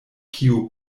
kio